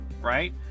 right